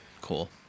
Cool